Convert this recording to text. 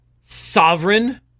sovereign